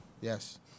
Yes